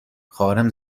خواهرم